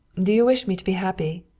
do you wish me to be happy?